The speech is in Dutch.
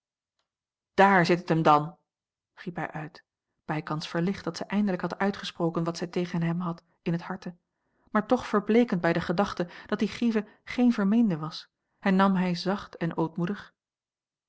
dààr zit het hem dan riep hij uit bijkans verlicht dat zij eindelijk had uitgesproken wat zij tegen hem had in het harte maar toch verbleekend bij de gedachte dat die grieve geen vermeende was hernam hij zacht en ootmoedig